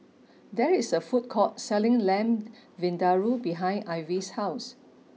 there is a food court selling Lamb Vindaloo behind Ivy's house